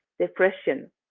depression